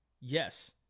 Yes